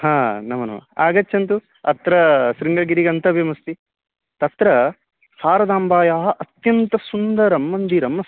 हा नमोनमः आगच्छन्तु अत्र शृङ्गगिरेः गन्तव्यमस्ति तत्र शारदाम्बायाः अत्यन्तसुन्दरं मन्दिरम् अस्ति